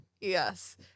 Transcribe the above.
Yes